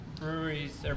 breweries